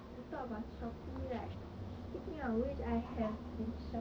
!aiya! haven't thought so far but then you see you talk about Shopee right